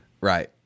right